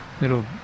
little